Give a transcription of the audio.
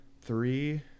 Three